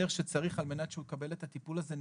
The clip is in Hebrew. שצריך על מנת שהוא יקבל את הטיפול הזה.